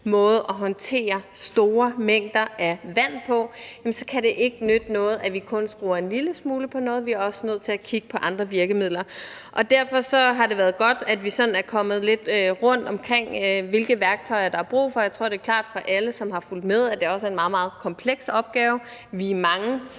måde at håndtere store mængder vand på, kan det ikke nytte noget, at vi kun skruer en lille smule på noget, for vi er også nødt til at kigge på andre virkemidler. Derfor har det været godt, at vi er kommet lidt rundtomkring i forbindelse med, hvilke værktøjer der er brug for, og jeg tror, det er klart for alle, som har fulgt med, at det også er en meget, meget kompleks opgave. Vi er mange, som